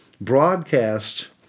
broadcast